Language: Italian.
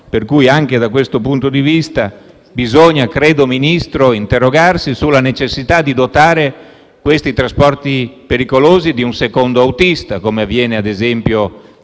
Pertanto, anche da questo punto di vista, Ministro, creo occorra interrogarsi sulla necessità di dotare questi trasporti pericolosi di un secondo autista, come avviene, ad esempio,